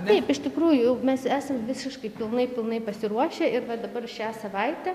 taip iš tikrųjų mes esam visiškai pilnai pilnai pasiruošę ir bet dabar šią savaitę